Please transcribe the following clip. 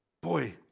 Boy